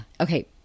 Okay